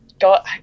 God